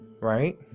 right